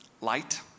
light